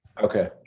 Okay